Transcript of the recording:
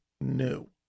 new